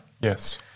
Yes